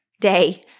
day